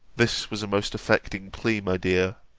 this was a most affecting plea, my dear.